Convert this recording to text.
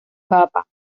papa